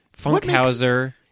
Funkhauser